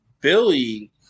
Billy